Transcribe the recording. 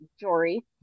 Jory